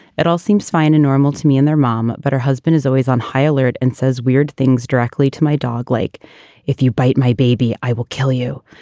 it all seems fine and normal to me and their mom, but her husband is always on high alert and says weird things directly to my dog. like if you bite my baby, i will kill you,